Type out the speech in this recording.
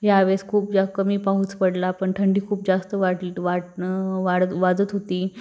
या वेळेस खूप जा कमी पाऊस पडला पण थंडी खूप जास्त वाढली वाढ वाढत वाजत होती